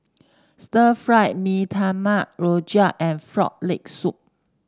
Stir Fry Mee Tai Mak rojak and Frog Leg Soup